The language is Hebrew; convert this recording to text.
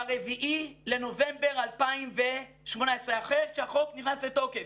ב-4 בנובמבר 2018, אחרי שהחוק נכנס לתוקף.